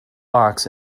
box